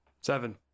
Seven